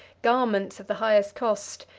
garments of the highest cost,